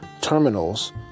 Terminals